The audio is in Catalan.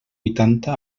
huitanta